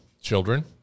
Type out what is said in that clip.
Children